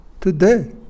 Today